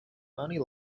money